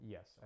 Yes